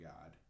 God